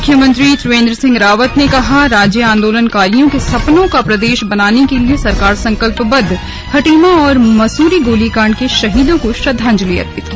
मुख्यमंत्री त्रिवेंद्र सिंह रावत ने कहा राज्य आंदोलनकारियों के सपनों का प्रदेश बनाने के लिए सरकार संकल्पबद्धखटीमा और मसूरी गोलीकांड के शहीदों को श्रद्दांजलि अर्पित की